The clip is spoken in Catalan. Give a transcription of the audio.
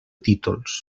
títols